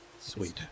Sweet